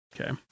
Okay